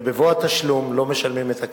ובבוא התשלום לא משלמים את הכסף.